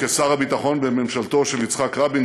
כשר הביטחון בממשלתו של יצחק רבין,